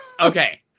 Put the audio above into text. Okay